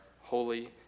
holy